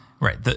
Right